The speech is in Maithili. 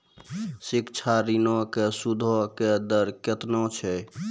शिक्षा ऋणो के सूदो के दर केतना छै?